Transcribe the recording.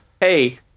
hey